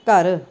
ਘਰ